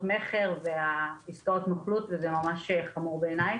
מכר ועסקאות נוכלות וזה ממש חמור בעיני,